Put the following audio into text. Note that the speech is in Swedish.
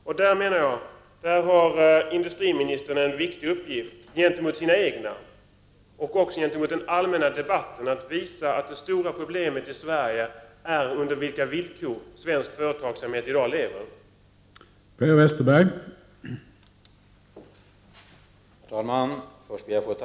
Industriministern har här en viktig uppgift gentemot sina egna, och också mot den allmänna debatten, att visa att det stora problemet i Sverige är under vilka villkor svensk företagsamhet lever i dag.